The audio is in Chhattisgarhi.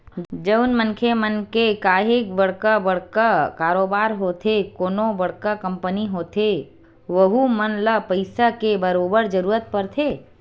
जउन मनखे मन के काहेक बड़का बड़का कारोबार होथे कोनो बड़का कंपनी होथे वहूँ मन ल पइसा के बरोबर जरूरत परथे